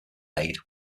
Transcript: laid